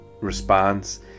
response